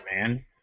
man